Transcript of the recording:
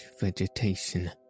vegetation